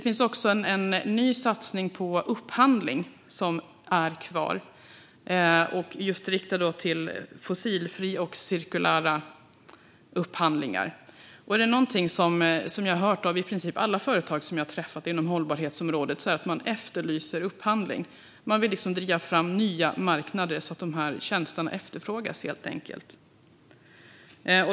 Även en ny satsning på fossilfria och cirkulära upphandlingar är kvar, och är det någonting som jag har hört av i princip alla företag som jag har träffat inom hållbarhetsområdet är det att man efterlyser upphandling. Man vill liksom driva fram nya marknader så att de här tjänsterna efterfrågas.